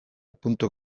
puntu